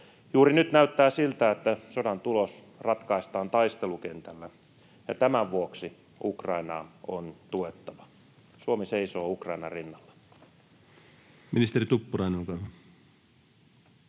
Juuri nyt näyttää siltä, että sodan tulos ratkaistaan taistelukentällä, ja tämän vuoksi Ukrainaa on tuettava. Suomi seisoo Ukrainan rinnalla.